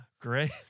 Great